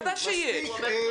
בוודאי שיש.